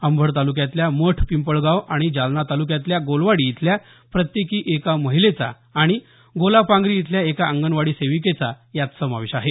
अंबड तालुक्यातल्या मठ पिंपळगाव आणि जालना तालुक्यातल्या गोलवाडी इथल्या प्रत्येकी एका महिलेचा आणि गोलापांगरी इथल्या एका अंगणवाडी सेविकेचा यात समावेश आहे